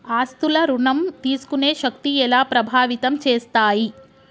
ఆస్తుల ఋణం తీసుకునే శక్తి ఎలా ప్రభావితం చేస్తాయి?